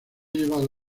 llevado